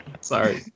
sorry